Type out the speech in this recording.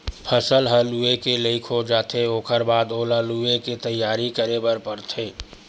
फसल ह लूए के लइक हो जाथे ओखर बाद ओला लुवे के तइयारी करे बर परथे